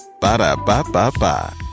Ba-da-ba-ba-ba